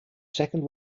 second